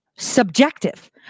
Subjective